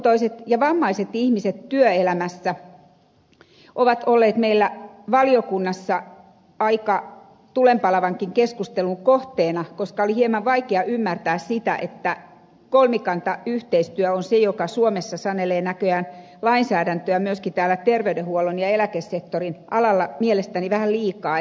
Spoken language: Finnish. vajaakuntoiset ja vammaiset ihmiset työelämässä ovat olleet meillä valiokunnassa aika tulenpalavankin keskustelun kohteena koska oli hieman vaikea ymmärtää sitä että kolmikantayhteistyö on se joka suomessa sanelee näköjään lainsäädäntöä myöskin täällä terveydenhuollon ja eläkesektorin alalla mielestäni vähän liikaa